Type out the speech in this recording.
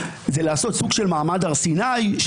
זה לעשות סוג של מעמד הר סיני,